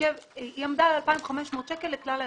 כשהיא עמדה על 2,500 שקלים לכלל ההריונות.